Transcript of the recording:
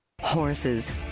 Horses